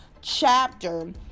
chapter